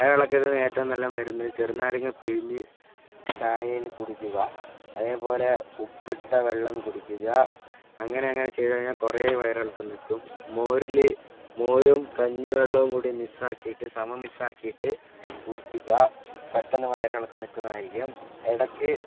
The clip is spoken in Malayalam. വയറിളക്കത്തിനു ഏറ്റവും നല്ല മരുന്ന് ചെറുനാരങ്ങ പിഴിഞ്ഞ് ചായയിൽ കുടിക്കുക അതേപോലെ ഉപ്പിട്ട വെള്ളം കുടിക്കുക അങ്ങനെ അങ്ങനെ ചെയ്തുകഴിഞ്ഞാൽ കുറേ വയറിളക്കം നിക്കും മോരില് മോരും കഞ്ഞിവെള്ളവും കൂടി മിക്സ് ആക്കീട്ടു സമ മിക്സ് ആക്കീട്ടു കുടിക്കുക പെട്ടെന്ന് വയറിളക്കം നിൽക്കുന്നതായിരിക്കും ഇടക്കു